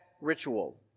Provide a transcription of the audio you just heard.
ritual